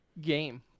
game